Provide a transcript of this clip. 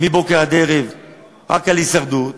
מבוקר עד ערב רק בהישרדות.